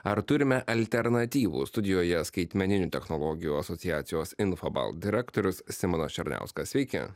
ar turime alternatyvų studijoje skaitmeninių technologijų asociacijos infobalt direktorius simonas černiauskas sveiki